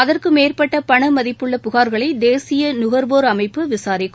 அதற்கு மேற்பட்ட பண மதிப்புள்ள புகார்களை தேசிய நுகர்வோர் அமைப்பு விசாரிக்கும்